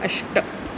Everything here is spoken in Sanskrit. अष्ट